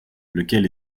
lequel